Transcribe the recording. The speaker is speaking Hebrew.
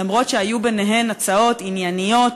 למרות שהיו ביניהן הצעות ענייניות,